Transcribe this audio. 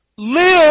Live